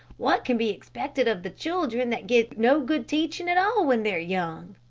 what can be expected of the children that get no good teaching at all when they're young.